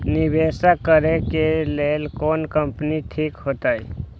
निवेश करे के लेल कोन कंपनी ठीक होते?